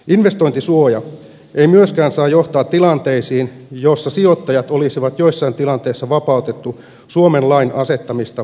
investointisuoja ei myöskään saa johtaa tilanteisiin joissa sijoittajat olisivat joissain tilanteissa vapautettuja suomen lain asettamista velvoitteista